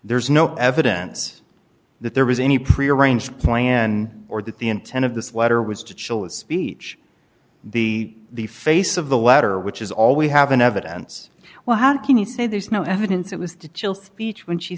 there's no evidence that there was any prearranged plan or that the intent of this letter was to chill a speech the the face of the letter which is all we have in evidence well how can you say there's no evidence it was the chill speech when she